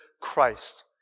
Christ